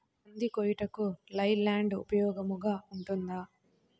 కంది కోయుటకు లై ల్యాండ్ ఉపయోగముగా ఉంటుందా?